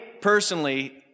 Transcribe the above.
personally